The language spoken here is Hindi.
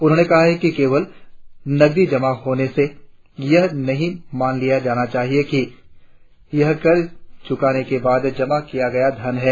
उन्होने कहा कि केवल नकदी जमा होने से यह नही मान लिया जाना चाहिए कि यह कर चुनाके के बाद जमा किया गया धन है